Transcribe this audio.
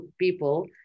people